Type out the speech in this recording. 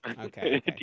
okay